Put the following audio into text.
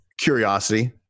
Curiosity